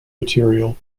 material